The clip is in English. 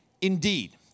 indeed